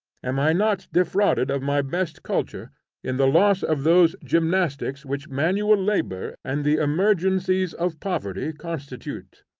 am i not defrauded of my best culture in the loss of those gymnastics which manual labor and the emergencies of poverty constitute?